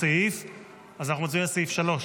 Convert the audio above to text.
סעיף 3,